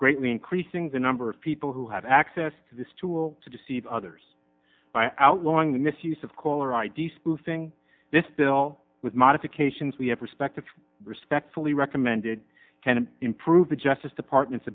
greatly increasing the number of people who have access to this tool to deceive others by outlawing the misuse of caller id spoofing this bill with modifications we have respected respectfully recommended can improve the justice department